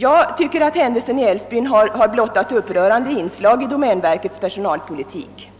Jag tycker att händelsen i Älvsbyn har blottat upprörande inslag i domänverkets personalpolitik.